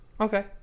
Okay